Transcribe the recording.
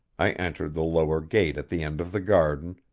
i entered the lower gate at the end of the garden,